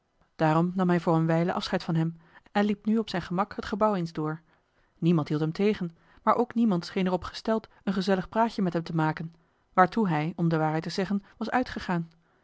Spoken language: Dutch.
nam hij voor een wijle afscheid van hem en liep nu op zijn gemak het gebouw eens door niemand hield hem tegen maar ook niemand scheen er op gesteld een gezellig praatje met hem te maken waartoe hij om de waarheid te zeggen was uitgegaan